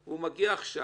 הוא מגיע עכשיו.